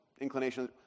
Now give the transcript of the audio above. inclination